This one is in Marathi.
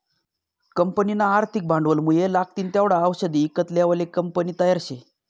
कंपनीना आर्थिक भांडवलमुये लागतीन तेवढा आवषदे ईकत लेवाले कंपनी तयार शे